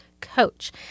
coach